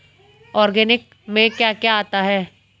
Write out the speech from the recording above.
Organic में क्या क्या आता है?